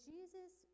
Jesus